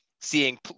seeing